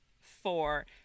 four